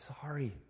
sorry